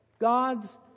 God's